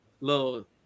little